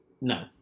no